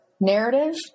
narrative